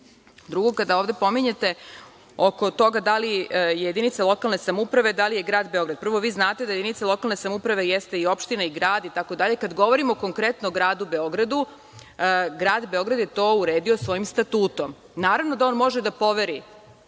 kada ovde pominjete oko toga da li jedinice lokalne samouprave, da li je Grad Beograd, prvo, vi znate da jedinica lokalne samouprave jeste i opština i grad itd. Kada govorimo konkretno o Gradu Beogradu, Grad Beograd je to uredio svojim statutom. Naravno da on može da poveri